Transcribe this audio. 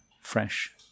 fresh